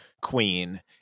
queen